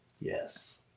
Yes